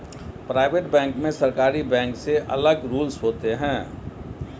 private bank में सरकारी bank से अलग रूल्स होते है